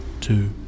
two